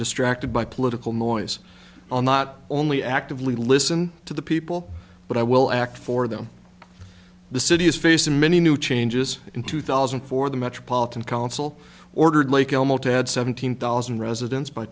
distracted by political noise on not only actively listen to the people but i will act for them the city is facing many new changes in two thousand and four the metropolitan council ordered lake elmo to add seventeen thousand residents by